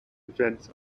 events